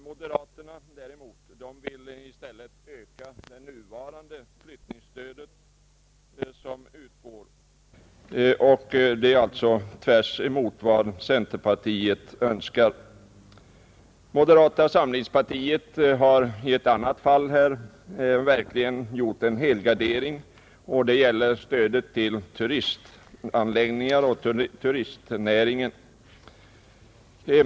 Moderaterna vill öka det flyttningsstöd som nu utgår; det är alltså tvärtemot vad centerpartiet önskar. Moderata samlingspartiet har i ett annat fall verkligen gjort en helgardering; det gäller stödet till turistanläggningarna och turistnäringen.